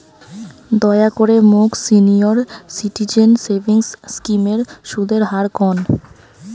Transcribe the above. দয়া করে মোক সিনিয়র সিটিজেন সেভিংস স্কিমের সুদের হার কন